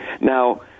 Now –